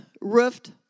roofed